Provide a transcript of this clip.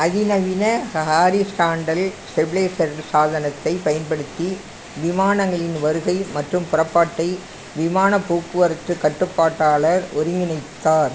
அதிநவீன ஹ horizontal stabiliser சாதனத்தைப் பயன்படுத்தி விமானங்களின் வருகை மற்றும் புறப்பாட்டை விமானப் போக்குவரத்துக் கட்டுப்பாட்டாளர் ஒருங்கிணைத்தார்